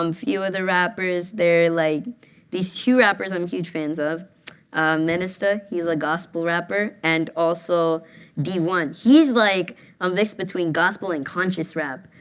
um few other rappers, they're like two rappers i'm huge fans of minister, he's a gospel rapper. and also dee one, he's like a mix between gospel and conscious rap.